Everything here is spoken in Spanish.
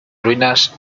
ruinas